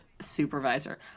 supervisor